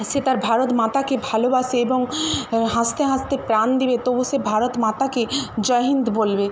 সে তার ভারতমাতাকে ভালোবাসে এবং হাসতে হাসতে প্রাণ দেবে তবু সে ভারতমাতাকে জয় হিন্দ বলবে